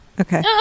okay